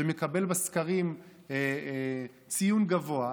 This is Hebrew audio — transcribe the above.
שמקבל בסקרים ציון גבוה,